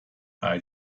bei